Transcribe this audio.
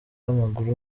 w’amaguru